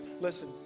Listen